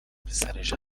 پسرش